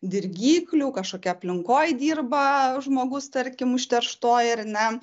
dirgiklių kažkokioj aplinkoj dirba žmogus tarkim užterštoj ar ne